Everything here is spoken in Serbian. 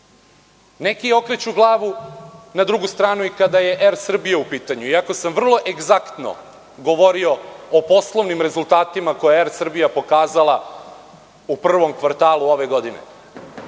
Neki okreću glavu na drugu stranu i kada je AIR Srbija u pitanju, iako sam vrlo egzaktno govorio o poslovnim rezultatima koje je AIR Srbija pokazala u prvom kvartalu ove godine. Opet